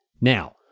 Now